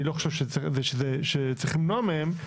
אני לא חושב שצריך למנוע מהם,